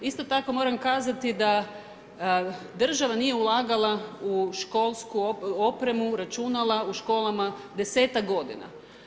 Isto tako moram kazati da država nije ulagala u školsku opremu, računala u školama 10-ak godina.